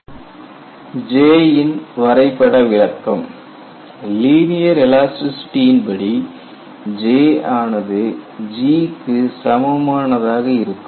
Graphical Interpretation of J J ன் வரைபட விளக்கம் லீனியர் எலாஸ்டிசிடி இன் படி J ஆனது G க்கு சமமானதாக இருக்கும்